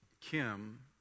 Kim